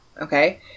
Okay